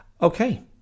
okay